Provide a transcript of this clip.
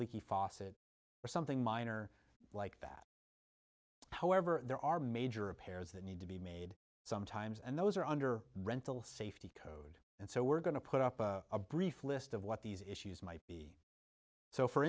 leaky faucet or something minor like that however there are major repairs that need to be made sometimes and those are under rental safety code and so we're going to put up a brief list of what these issues might be so for